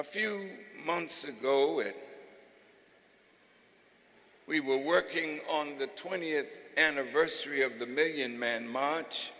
a few months ago we were working on the twentieth anniversary of the million man march